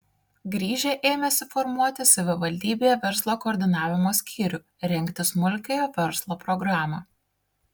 grįžę ėmėsi formuoti savivaldybėje verslo koordinavimo skyrių rengti smulkiojo verslo programą